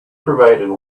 provided